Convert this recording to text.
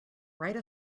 write